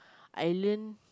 I learn